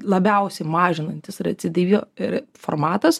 labiausiai mažinantis recidijuo ir formatas